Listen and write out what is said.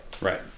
Right